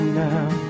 now